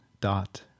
dot